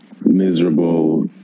miserable